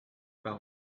par